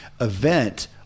event